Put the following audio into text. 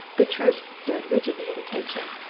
the troops stood rigidly at attention.